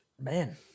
Man